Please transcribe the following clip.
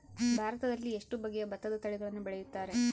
ಭಾರತದಲ್ಲಿ ಎಷ್ಟು ಬಗೆಯ ಭತ್ತದ ತಳಿಗಳನ್ನು ಬೆಳೆಯುತ್ತಾರೆ?